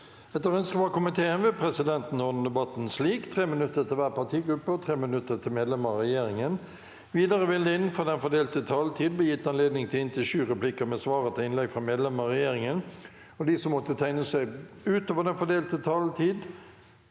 og omsorgskomiteen vil presidenten ordne debatten slik: 3 minutter til hver partigruppe og 3 minutter til medlemmer av regjeringen. Videre vil det – innenfor den fordelte taletid – bli gitt anledning til inntil sju replikker med svar etter innlegg fra medlemmer av regjeringen. De som måtte tegne seg på talerlisten utover den fordelte taletid,